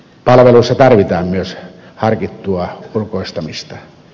palveluissa tarvitaan myös harkittua ulkoistamista